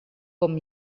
com